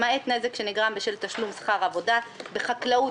למעט נזק שנגרם בשל תשלום שכר עבודה: (א)בחקלאות